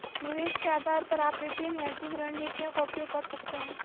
निवेश के आधार पर आप विभिन्न हेजिंग रणनीतियों का उपयोग कर सकते हैं